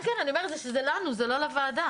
כן, אני אומרת שזה לנו, זה לא לוועדה.